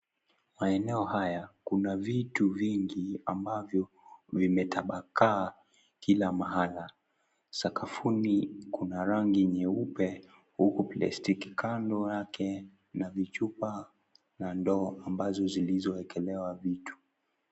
Maeneo haya kuna vitu vingi ambavyo vimetapakaa kila mahali. Sakafuni kuna rangi nyeupe huku plastiki kando yake, na vichupa na ndoo ambazo zilizoekelewa vitu.